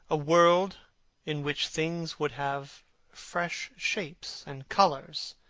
a world in which things would have fresh shapes and colours,